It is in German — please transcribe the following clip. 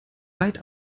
weit